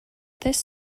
this